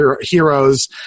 heroes